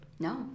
No